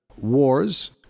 wars